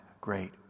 great